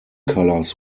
colors